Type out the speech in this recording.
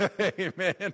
Amen